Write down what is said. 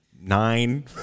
nine